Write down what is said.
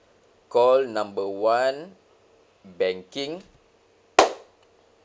call number one banking